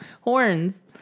Horns